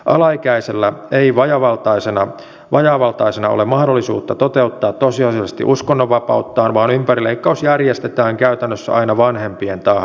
alaikäisellä ei vajaavaltaisena ole mahdollisuutta toteuttaa tosiasiallisesti uskonnonvapauttaan vaan ympärileikkaus järjestetään käytännössä aina vanhempien tahdosta